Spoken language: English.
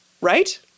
right